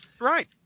right